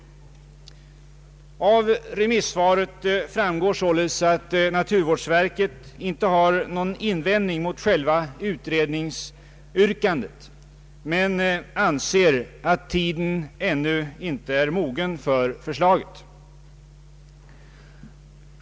Av remissvaret framgår således att naturvårdsverket inte har någon invändning mot själva utredningsyrkandet men anser att tiden ännu inte är mogen för förslaget.